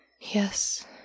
Yes